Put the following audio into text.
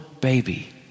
baby